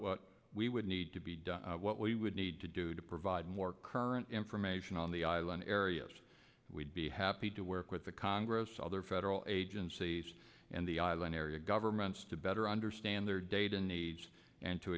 what we would need to be done what we would need to do to provide more current information on the island areas we'd be happy to work with the congress other federal agencies and the eyeline area governments to better understand their data needs and to